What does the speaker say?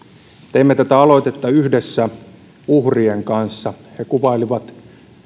teimme tätä aloitetta yhdessä uhrien kanssa he kuvailivat